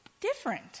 different